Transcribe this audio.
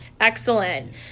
Excellent